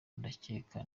ndakeka